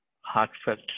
heartfelt